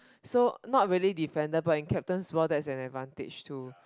so not really different but in captains ball there is an advantage too